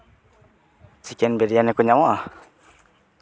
chicken biryani ᱠᱚ ᱧᱟᱢᱚᱜᱼᱟ